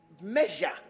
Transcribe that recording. measure